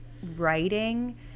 writing